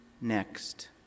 next